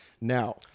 Now